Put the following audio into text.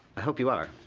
i hope you are,